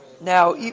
Now